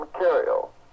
material